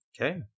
Okay